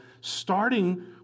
starting